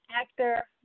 actor